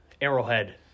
Arrowhead